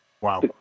Wow